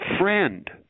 Friend